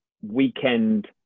weekend